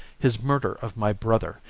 his murder of my brother,